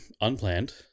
unplanned